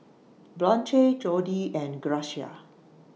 Blanche Jody and Grecia